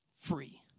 free